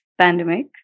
pandemic